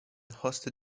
hosted